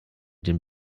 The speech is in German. den